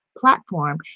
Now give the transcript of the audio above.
platform